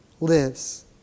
lives